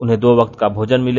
उन्हें दो वक्त का भोजन मिले